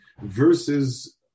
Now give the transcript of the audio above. versus